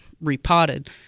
repotted